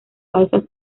falsas